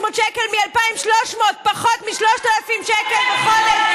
500 שקל מ-2,300, פחות מ-3,000 שקל בחודש.